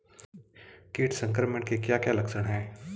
कीट संक्रमण के क्या क्या लक्षण हैं?